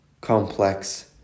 complex